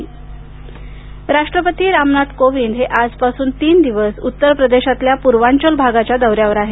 राष्ट्रपती दौरा राष्ट्रपती रामनाथ कोविंद हे आजपासून तीन दिवस उत्तर प्रदेशातल्या पूर्वांचल भागाच्या दौऱ्यावर आहेत